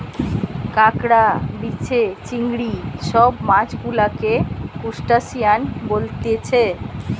কাঁকড়া, বিছে, চিংড়ি সব মাছ গুলাকে ত্রুসটাসিয়ান বলতিছে